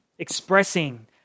expressing